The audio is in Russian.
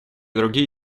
другие